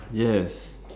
yes